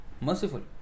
Merciful